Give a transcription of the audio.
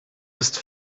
ist